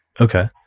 Okay